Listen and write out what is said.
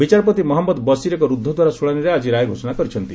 ବିଚାରପତି ମହମ୍ମଦ ବଶିର ଏକ ରୁଦ୍ଧ ଦ୍ୱାର ଶୁଣାଣିରେ ଆଜି ରାୟ ଘୋଷଣା କରିଛନ୍ତି